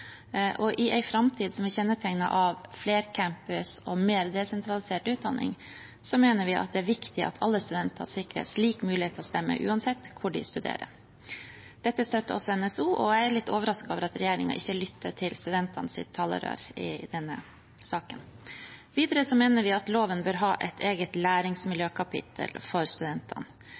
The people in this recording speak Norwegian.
og i en framtid som kjennetegnes av flercampus og mer desentralisert utdanning, mener vi at det er viktig at alle studenter sikres lik mulighet til å stemme uansett hvor de studerer. Dette støtter også NSO, og jeg er litt overrasket over at regjeringen ikke lytter til studentenes talerør i denne saken. Videre mener vi at loven bør ha et eget læringsmiljøkapittel for studentene.